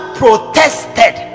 protested